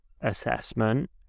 assessment